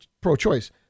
pro-choice